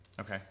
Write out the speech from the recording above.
Okay